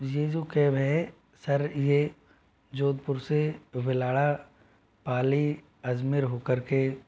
यह जो कैब है सर यह जोधपुर से भीलवाड़ा पाली अजमेर होकर के